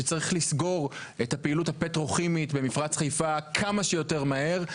שצריך לסגור את הפעילות הפטרוכימית במפרץ חיפה כמה שיותר מהר,